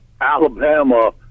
Alabama